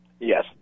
Yes